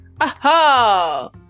Aha